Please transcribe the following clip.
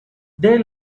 they